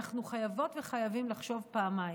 ואנחנו חייבות וחייבים לחשוב פעמיים.